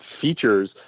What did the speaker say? features